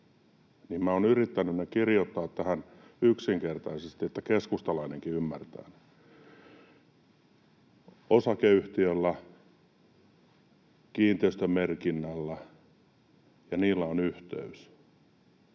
olen yrittänyt ne kirjoittaa tähän yksinkertaisesti, että keskustalainenkin ymmärtää. Osakeyhtiöllä ja kiinteistömerkinnällä on yhteys.